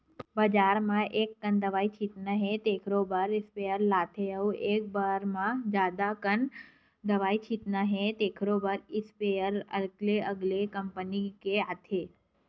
बजार म एककन दवई छितना हे तेखरो बर स्पेयर आथे अउ एके बार म जादा अकन दवई छितना हे तेखरो इस्पेयर अलगे अलगे कंपनी के आथे